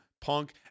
Punk